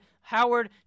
Howard